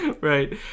Right